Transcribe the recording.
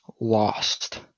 lost